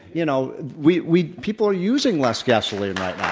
you know we we people are using less gasoline right now.